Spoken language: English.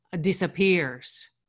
disappears